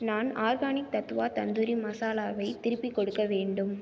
நான் ஆர்கானிக் தத்வா தந்தூரி மசாலாவை திருப்பிக் கொடுக்க வேண்டும்